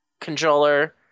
controller